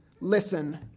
Listen